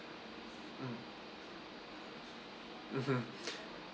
mm mmhmm